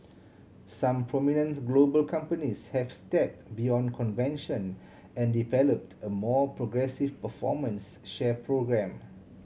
some prominents global companies have stepped beyond convention and developed a more progressive performance share programme